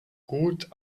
gut